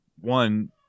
one